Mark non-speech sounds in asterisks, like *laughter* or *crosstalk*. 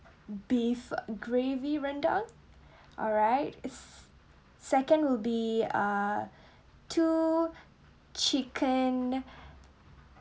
beef gravy rendang *breath* alright second will be uh *breath* two *breath* chicken *breath*